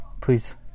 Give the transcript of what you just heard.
Please